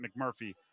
mcmurphy